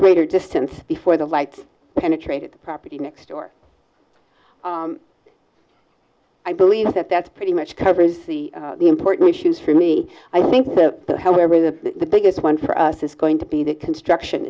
greater distance before the light penetrated the property next door i believe that that's pretty much covers the important issues for me i think the however the the biggest one for us is going to be the construction